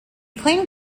claimed